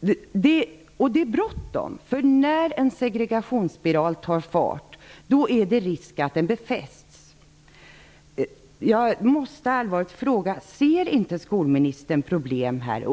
utvärderingar. Det är bråttom, för när en segregationsspiral tar fart finns risken att den befästs. Jag måste allvarligt fråga: Ser inte skolministern några problem här?